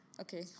Okay